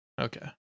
okay